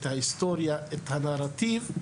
את ההיסטוריה ואת הנרטיב,